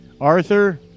Arthur